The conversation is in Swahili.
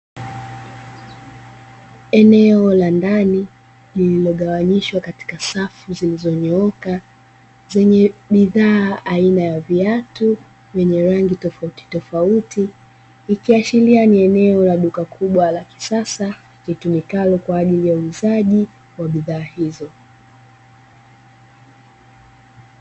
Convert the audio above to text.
Eneo la ndani lililogawanyishwa katika safu zilizonyooka zenye bidhaa aina ya viatu vyenye rangi tofautitofauti, ikiashiria ni eneo la duka kubwa la kisasa litumikalo kwa ajili ya uuzaji wa bidhaa hizo.